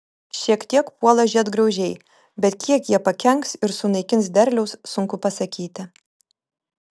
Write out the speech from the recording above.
šiek tiek puola žiedgraužiai bet kiek jie pakenks ir sunaikins derliaus sunku pasakyti